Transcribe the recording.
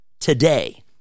today